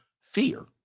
fear